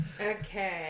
Okay